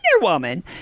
Woman